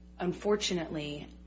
Unfortunately